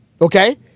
okay